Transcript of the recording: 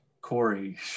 Corey